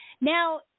Now